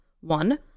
One